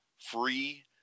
free